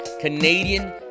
Canadian